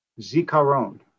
zikaron